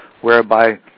whereby